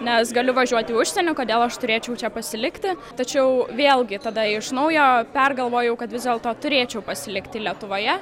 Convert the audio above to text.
nes galiu važiuoti į užsienį kodėl aš turėčiau čia pasilikti tačiau vėlgi tada iš naujo pergalvojau kad vis dėlto turėčiau pasilikti lietuvoje